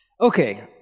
Okay